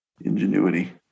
ingenuity